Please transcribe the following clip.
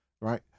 right